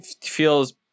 feels